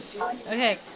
Okay